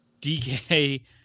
DK